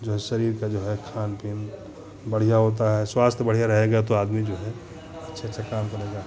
जो है शरीर का जो है खाना पीना बढ़ियाँ होता है स्वास्थ्य बढ़ियाँ रहेगा तो आदमी जो है अच्छे अच्छे काम करेगा